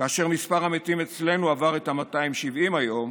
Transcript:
כאשר מספר המתים אצלנו עבר את ה-270 היום,